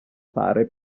fare